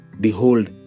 Behold